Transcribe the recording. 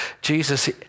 Jesus